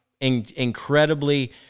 incredibly